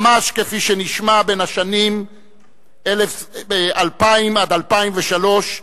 ממש כפי שנשמע בשנים 2000 2003,